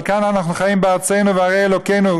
אבל כאן אנחנו חיים בארצנו ובערי אלוקינו.